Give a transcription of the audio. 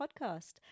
podcast